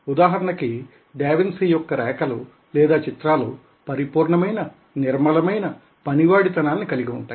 ఉదాహరణకి డావిన్సీ యొక్క రేకలు లేదా చిత్రాలు పరిపూర్ణమైన నిర్మలమైన పని వాడి తనాన్ని కలిగి ఉంటాయి